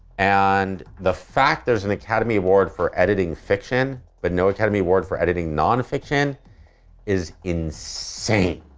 and the fact there's an academy award for editing fiction but no academy award for editing non-fiction is insane.